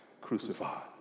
crucified